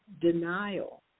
denial